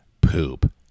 poop